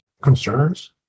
concerns